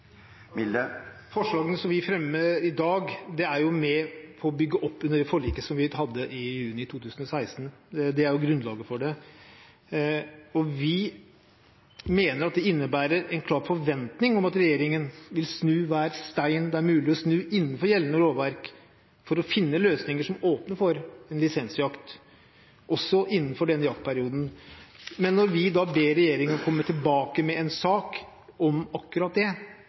Forslagene som vi fremmer i dag, er med på å bygge opp under det forliket som vi hadde i juni 2016. Det er grunnlaget for det. Vi mener at det innebærer en klar forventning om at regjeringen vil snu hver stein det er mulig å snu innenfor gjeldende lovverk, for å finne løsninger som åpner for en lisensjakt, også innenfor denne jaktperioden. Men når vi ber regjeringen om å komme tilbake med en sak om akkurat det,